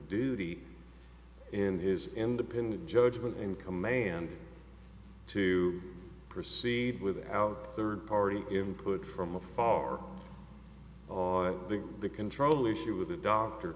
duty in his independent judgment in command to proceed without third party input from a far off i think the control issue with the doctor